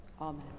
Amen